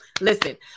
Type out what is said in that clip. Listen